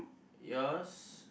yours